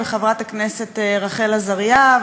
וחברת הכנסת רחל עזריה,